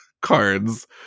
cards